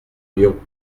lyon